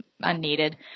unneeded